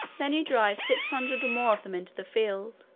then you drive six hundred or more of them into the field,